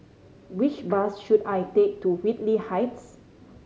which bus should I take to Whitley Heights